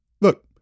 Look